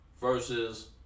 versus